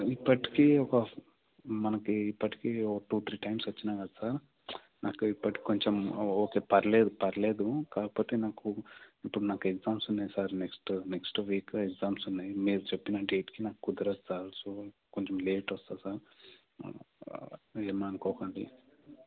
ఇప్పటికీ ఒక మనకి ఇప్పటికీ ఓ టూ త్రీ టైమ్స్ వచ్చినా కద సార్ నాకు ఇప్పటికి కొంచెం ఓకే పర్లేదు పర్లేదు కాకపోతే నాకు ఇప్పుడు నాకు ఎగ్జామ్స్ ఉన్నాయి sir next next week exams ఉన్నాయి మీరు చెప్పిన డేట్కి నాకు కుదరదు సార్ సో కొంచెం లేట్ వస్తా సార్ ఏమనుకోకండి